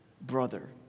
brother